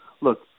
look